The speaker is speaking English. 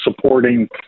supporting